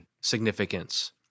significance